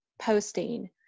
posting